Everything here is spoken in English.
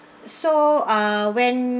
so uh when